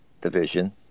division